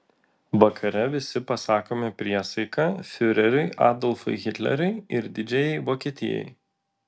vakare visi pasakome priesaiką fiureriui adolfui hitleriui ir didžiajai vokietijai